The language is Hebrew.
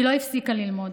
היא לא הפסיקה ללמוד.